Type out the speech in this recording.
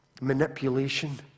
manipulation